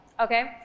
Okay